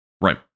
Right